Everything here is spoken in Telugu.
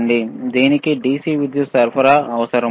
దీనికి DC విద్యుత్ సరఫరా అవసరం